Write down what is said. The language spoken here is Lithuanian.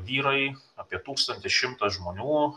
vyrai apie tūkstantį šimtas žmonų